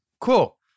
Cool